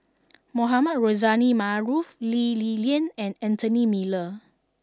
Mohamed Rozani Maarof Lee Li Lian and Anthony Miller